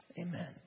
Amen